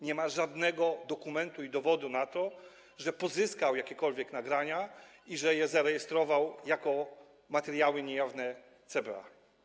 Nie ma żadnego dokumentu i dowodu na to, że pozyskał jakiekolwiek nagrania i że je zarejestrował jako materiały niejawne CBA.